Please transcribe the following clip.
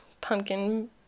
pumpkin